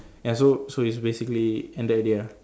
ya so so it's basically ended already ah